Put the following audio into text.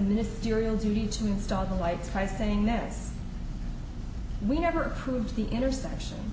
a ministerial duty to install the lights christ saying that we never approved the intersection